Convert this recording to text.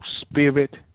spirit